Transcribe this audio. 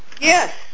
Yes